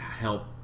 help